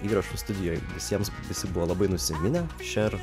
įrašų studijoj visiems visi buvo labai nusiminę šer